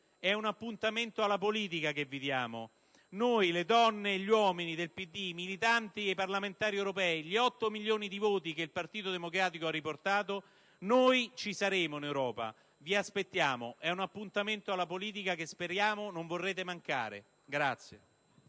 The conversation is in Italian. È un appuntamento alla politica quello che vi diamo. Noi - le donne e gli uomini del PD, i militanti e i parlamentari europei, gli 8 milioni di voti che il Partito Democratico ha riportato - in Europa ci saremo. Vi aspettiamo: è un appuntamento alla politica che speriamo non vorrete mancare.